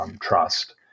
Trust